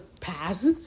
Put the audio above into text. pass